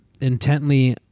intently